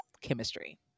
chemistry